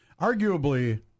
Arguably